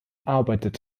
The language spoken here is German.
arbeitet